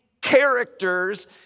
characters